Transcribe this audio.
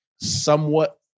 somewhat